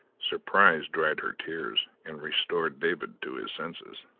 surprise dried her tears and restored david to his senses.